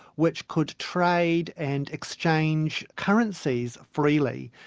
which could trade and exchange currencies freely.